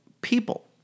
people